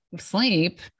sleep